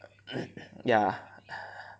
ya